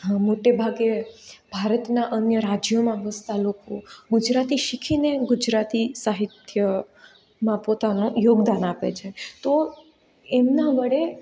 મોટેભાગે ભારતના અન્ય રાજ્યોમાં વસતા લોકો ગુજરાતી શીખીને ગુજરાતી સાહિત્યમાં પોતાનું યોગદાન આપે છે તો એમના વડે